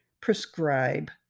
prescribe